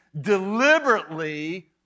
deliberately